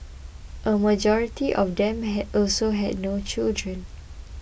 a majority of them had also had no children